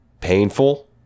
painful